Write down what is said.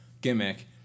gimmick